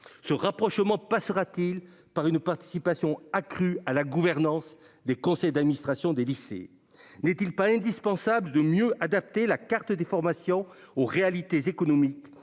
Ce rapprochement passera-t-il par une participation accrue à la gouvernance des conseils d'administration des lycées ? N'est-il pas indispensable de mieux adapter la carte des formations aux réalités économiques,